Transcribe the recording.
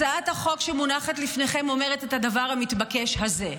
הצעת החוק שמונחת לפניכם אומרת את הדבר המתבקש הזה: